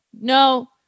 No